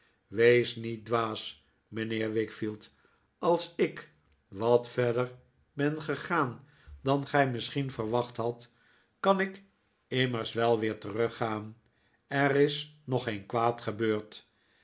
wees niet dwaas mijnheer wickfield als ik wat verder ben gegaan dan gij misschien verwacht hadt kan ik immers wel weer teruggaan er is nog geen kwaad gebeurd